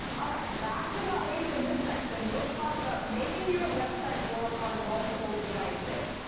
all right. last but not least in this section, we'll talk about making your website work on multiple devices.